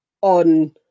on